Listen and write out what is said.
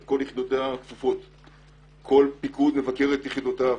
כל פיקוד מבקר את יחידותיו,